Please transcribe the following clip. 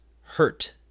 hurt